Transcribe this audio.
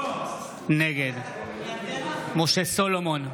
נגד משה סולומון,